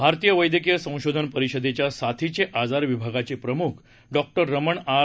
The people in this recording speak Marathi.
भारतीय वद्यक्कीय संशोधन परिषदेच्या साथीचे आजार विभागाचे प्रमुख डॉक े रमण आर